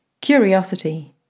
curiosity